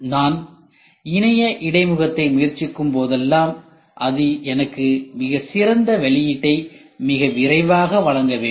நான் இணைய இடைமுகத்தை முயற்சிக்கும்போதெல்லாம் அது எனக்கு மிக சிறந்த வெளியீட்டை மிக விரைவாக வழங்க வேண்டும்